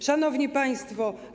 Szanowni Państwo!